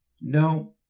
No